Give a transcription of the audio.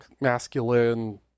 masculine